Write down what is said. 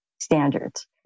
standards